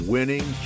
Winning